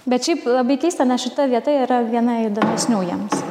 bet šiaip labai keista nes šita vieta yra viena įdomesnių jiems